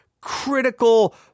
critical